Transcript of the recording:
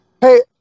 Hey